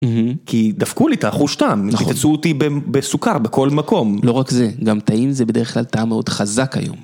כי דפקו לי את החוש טעם, כי פצצו אותי בסוכר בכל מקום. לא רק זה, גם טעים זה בדרך כלל טעם מאוד חזק היום.